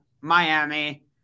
Miami